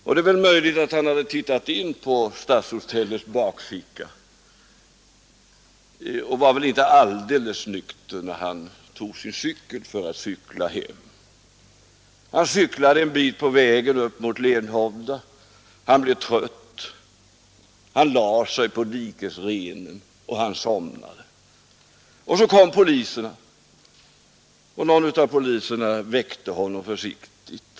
Det är väl möjligt att han hade tittat in på Stadshotellets bakficka och inte var så alldeles nykter när han tog sin cykel för att åka hem. Han cyklade en bit på vägen upp mot Lenhovda men blev trött och lade sig på dikesrenen och somnade. Så kom poliserna, och en av dem väckte honom försiktigt.